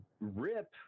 rip